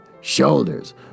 shoulders